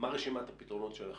מה רשימת הפתרונות שלכם?